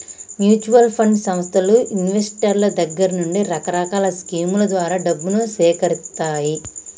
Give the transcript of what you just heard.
mutual fund సంస్థలు ఇన్వెస్టర్ల దగ్గర నుండి రకరకాల స్కీముల ద్వారా డబ్బును సేకరిత్తాయి